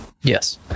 Yes